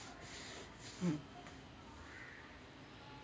mm